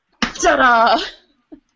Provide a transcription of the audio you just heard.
Ta-da